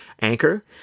anchor